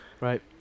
Right